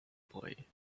boy